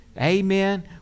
Amen